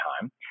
time